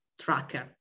tracker